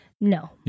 no